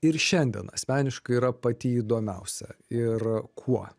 ir šiandien asmeniškai yra pati įdomiausia ir kuo